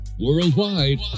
Worldwide